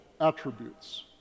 attributes